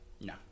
No